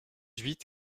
huit